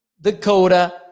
Dakota